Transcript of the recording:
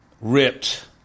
Ripped